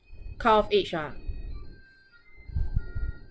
cut-off age ah